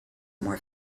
more